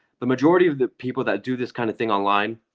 the majority of the people that do this kind of thing online,